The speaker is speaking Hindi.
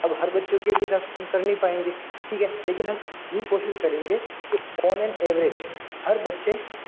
अब हर बच्चों के हिसाब से तो हम कर नहीं पाएंगे ठीक है लेकिन हम पूरी कोशिश करेंगे की ऑन एन ऐवरेज हर बच्चे